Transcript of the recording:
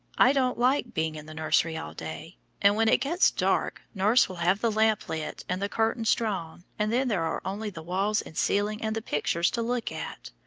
i don't like being in the nursery all day and when it gets dark, nurse will have the lamp lit and the curtains drawn, and then there are only the walls and ceiling and the pictures to look at.